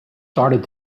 started